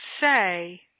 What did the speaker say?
say